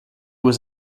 was